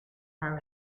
haar